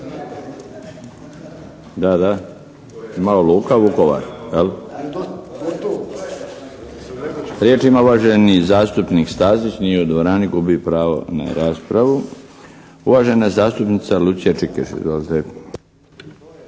Darko (HDZ)** Riječ ima uvaženi zastupnik Stazić. Nije u dvorani. Gubi pravo na raspravu. Uvažena zastupnica Lucija Čikeš.